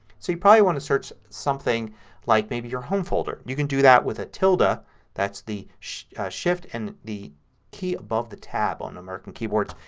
so you probably want to search something like, maybe, your home folder. you can do that with a tilde, ah that's the shift and the key above the tab on american keyboards,